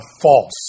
false